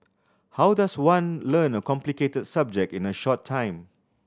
how does one learn a complicated subject in a short time